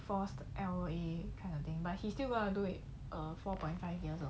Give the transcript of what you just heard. forced L_A that kind of thing but he still going to do it four point five years